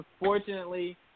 unfortunately